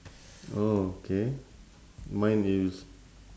okay mine is